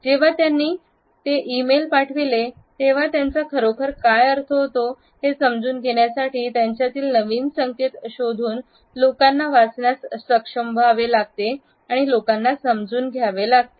जेव्हा त्यांनी ते ई मेल पाठविले तेव्हा त्यांचा खरोखर काय अर्थ होतो हे समजून घेण्यासाठी त्यांच्यातील नवीन संकेत शोधून लोकांना वाचण्यात सक्षम व्हावे लागते आणि लोकांना समजून घ्यावे लागते